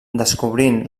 descobrint